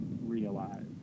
realize